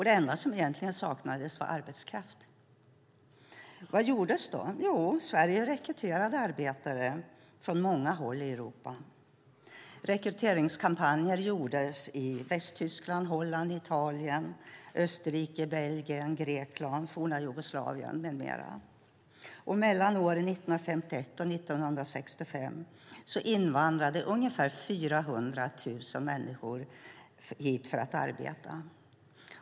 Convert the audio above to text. Det enda som egentligen saknades var arbetskraft. Vad gjordes då? Jo, Sverige rekryterade arbetare från många håll i Europa. Rekryteringskampanjer gjordes i Västtyskland, Holland, Italien, Österrike, Belgien, Grekland, Jugoslavien med mera. Mellan åren 1951 och 1965 invandrade ungefär 400 000 människor hit för att arbeta.